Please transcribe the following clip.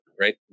right